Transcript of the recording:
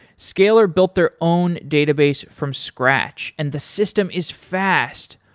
scalyr built their own database from scratch and the system is fast.